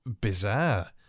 bizarre